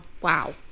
Wow